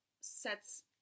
sets